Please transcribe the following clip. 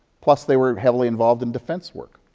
plus, they were heavily involved in defense work.